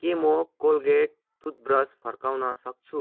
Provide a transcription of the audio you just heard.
के म Colgate toothbrush फर्काउन सक्छु